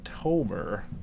October